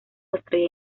estrella